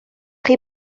chi